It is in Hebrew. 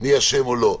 מי אשם או לא.